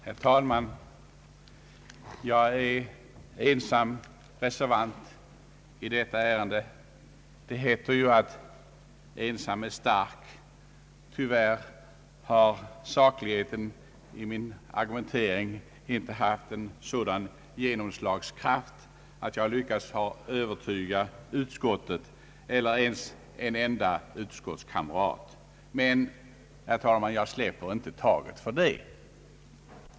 Herr talman! Jag är ensam reservant i detta ärende. Det heter ju att ensam är stark. Tyvärr har sakligheten i min argumentering inte haft en sådan genomslagskraft att jag lyckats övertyga utskottet eller ens en enda utskottskamrat. Men, herr talman, jag släpper inte taget ändå.